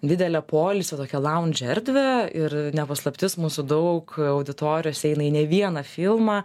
didelę poilsio tokią lounge erdvę ir ne paslaptis mūsų daug auditorijos eina į ne vieną filmą